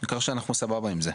העיקר שאנחנו סבבה עם זה.